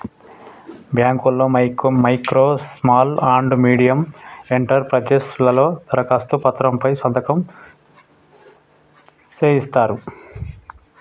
బాంకుల్లో micro small and medium enterprises లలో దరఖాస్తు పత్రం పై సంతకం సేయిత్తరు